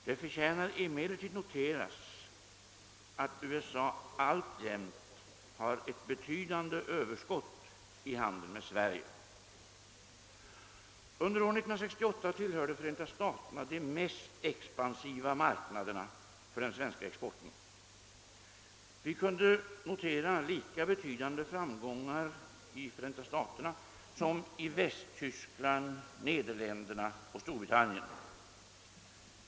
Det förtjänar emellertid noteras att USA alltjämt har ett betydande överskott i handeln med Sverige. Under år 1968 tillhörde Förenta staterna de mest expansiva marknaderna för den svenska exporten. Vi kunde notera lika betydande framgångar i Förenta staterna som i Västtyskland, Nederländerna och Storbritannien.